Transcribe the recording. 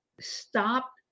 Stop